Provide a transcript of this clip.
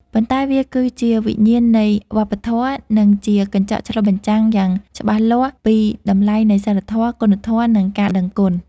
ប៉ុន្តែវាគឺជាវិញ្ញាណនៃវប្បធម៌ និងជាកញ្ចក់ឆ្លុះបញ្ចាំងយ៉ាងច្បាស់លាស់ពីតម្លៃនៃសីលធម៌ គុណធម៌ និងការដឹងគុណ។